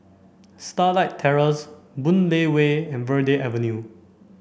Starlight Terrace Boon Lay Way and Verde Avenue